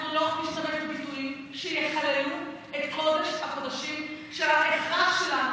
אנחנו לא נשתמש בביטויים שיחללו את קודש-הקודשים של האזרח שלנו,